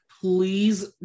Please